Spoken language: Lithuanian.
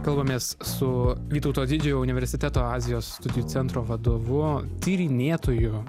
kalbamės su vytauto didžiojo universiteto azijos studijų centro vadovu tyrinėtoju